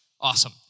Awesome